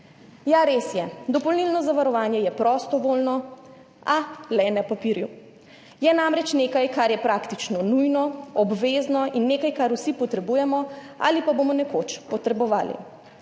Ja, res je, dopolnilno zavarovanje je prostovoljno, a le na papirju, je namreč nekaj, kar je praktično nujno obvezno in nekaj, kar vsi potrebujemo ali pa bomo nekoč potrebovali